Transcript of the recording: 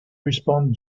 respond